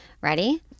ready